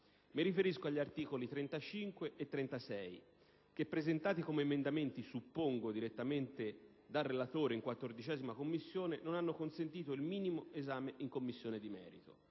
Si tratta degli articoli 35 e 36, che, presentati come emendamenti, suppongo direttamente dal relatore in 14a Commissione, non hanno consentito il minimo esame in Commissione di merito.